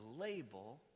label